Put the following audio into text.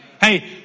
Hey